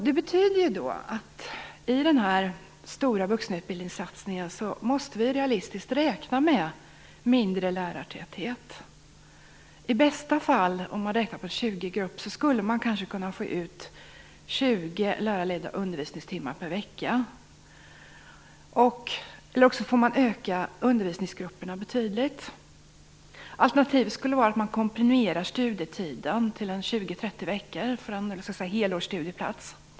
Det betyder att i den här stora vuxenutbildningssatsningen måste vi realistiskt räkna med mindre lärartäthet. I bästa fall, räknat på en 20-grupp, skulle man kanske kunna få ut 20 lärarledda undervisningstimmar per vecka, eller också får man öka undervisningsgrupperna betydligt. Alternativet skulle vara att man komprimerar studietiden till en 20-30 veckor för en helårsstudieplats.